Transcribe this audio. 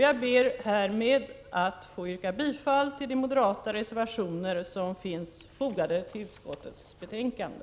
Jag ber härmed att få yrka bifall till de moderata reservationer som finns fogade till utskottets betänkande.